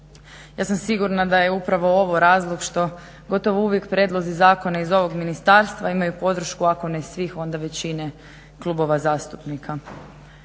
Ja sam sigurna da je upravo ovo razlog što gotovo uvijek prijedlozi zakona iz ovog ministarstva imaju podršku ako ne svih, onda većine klubova zastupnika.